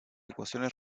ecuaciones